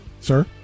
Sir